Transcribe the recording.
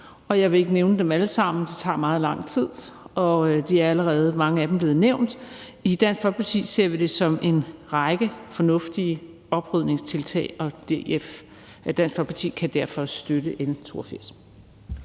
Jeg vil ikke nævne dem alle sammen, det tager meget lang tid, og mange af dem er allerede blevet nævnt. I Dansk Folkeparti ser vi det som en række fornuftige oprydningstiltag, og Dansk Folkeparti kan derfor støtte L 82.